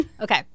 Okay